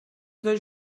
dos